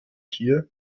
hier